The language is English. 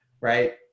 right